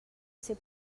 ser